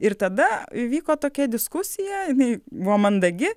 ir tada įvyko tokia diskusija jinai buvo mandagi